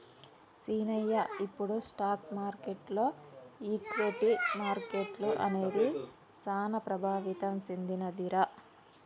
సీనయ్య ఇప్పుడు స్టాక్ మార్కెటులో ఈక్విటీ మార్కెట్లు అనేది సాన ప్రభావితం సెందినదిరా